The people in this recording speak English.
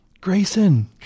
grayson